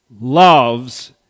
loves